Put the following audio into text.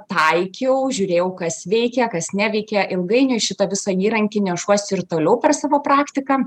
taikiau žiūrėjau kas veikia kas neveikia ilgainiui šitą visą įrankį nešuosi ir toliau per savo praktiką